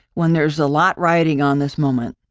when there's a lot riding on this moment.